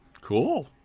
Cool